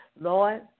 Lord